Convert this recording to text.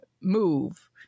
move